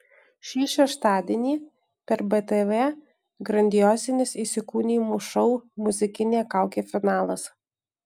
šį šeštadienį per btv grandiozinis įsikūnijimų šou muzikinė kaukė finalas